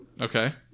Okay